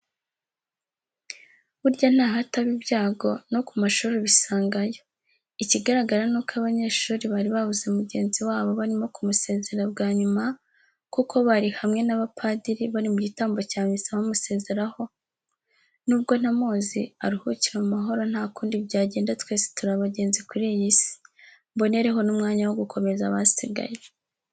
Burya ntahataba ibyago no ku mashuri Ubisangayo ikigaragara nuko abanyeshuri bari babuze mugenzi wabo barimo kumusezera bwanyuma kuko bari hamwe na padiri bari mu gitambo cya misa bamusezeraho nubwo ntamuzi aruhukire mu mahoro ntakundi byagenda twese turi abagenzi kuri iyi si. Mbonereho n'umwanya wo gukomeza abasigaye.